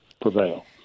prevail